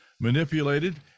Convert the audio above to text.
manipulated